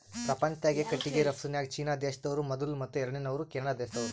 ಪ್ರಪಂಚ್ದಾಗೆ ಕಟ್ಟಿಗಿ ರಫ್ತುನ್ಯಾಗ್ ಚೀನಾ ದೇಶ್ದವ್ರು ಮೊದುಲ್ ಮತ್ತ್ ಎರಡನೇವ್ರು ಕೆನಡಾ ದೇಶ್ದವ್ರು